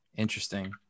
Interesting